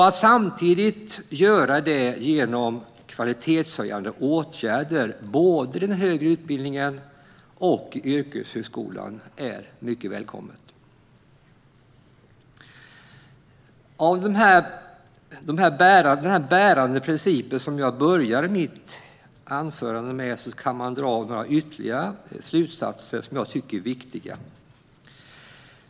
Att samtidigt göra det genom kvalitetshöjande åtgärder, både i den högre utbildningen och i yrkeshögskolan, är mycket välkommet. Av den bärande princip som jag inledde mitt anförande med kan man dra några ytterligare slutsatser som jag tycker är viktiga.